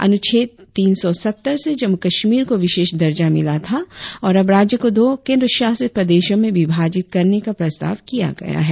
अनुच्छेद तीन सौ सत्तर से जम्मू कश्मीर को विशेष दर्जा मिला था और अब राज्य को दो केंद्र शासित प्रदेशों में विभाजित करने का प्रस्ताव किया गया है